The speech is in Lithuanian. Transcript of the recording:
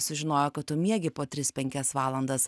sužinojo kad tu miegi po tris penkias valandas